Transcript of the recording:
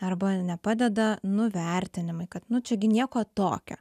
arba nepadeda nuvertinimui kad čia gi nieko tokio